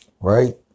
right